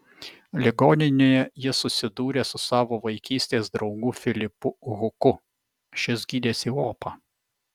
ligoninėje jis susidūrė su savo vaikystės draugu filipu huku šis gydėsi opą